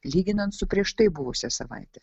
lyginant su prieš tai buvusia savaite